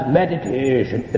meditation